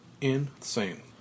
insane